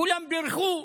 כולם בירכו,